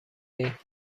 ایم